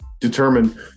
determine